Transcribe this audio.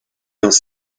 dans